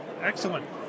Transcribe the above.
Excellent